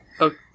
Okay